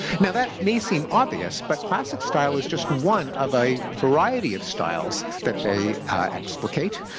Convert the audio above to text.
now, that may seem obvious, but classic style is just one of a variety of styles that they explicate,